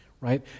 right